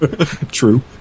True